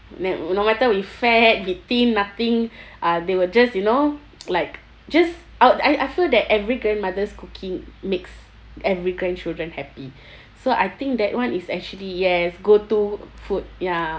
mat~ no matter we fat we thin nothing uh they will just you know like just uh I I feel that every grandmother's cooking makes every grandchildren happy so I think that [one] is actually yes go-to food ya